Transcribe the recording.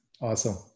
Awesome